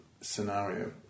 scenario